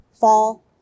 fall